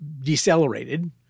decelerated